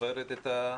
זוכרת את הדילמה?